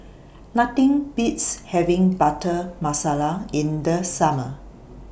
Nothing Beats having Butter Masala in The Summer